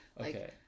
Okay